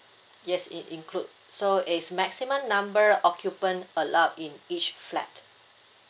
yes it include so is maximum number occupant allowed in each flat